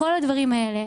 לפתח את העצמאות שבו.